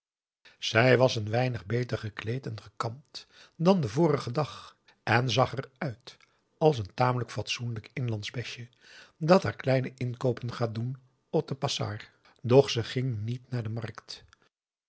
zij was een weinig beter gekleed en gekamd dan den vorigen dag en zag er uit als een tamelijk fatsoenlijk inlandsch besje dat haar kleine inkoopen gaat doen op de pasar doch ze ging niet naar de markt